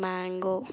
mango